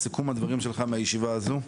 סיכום הדברים שלך מהישיבה הזו.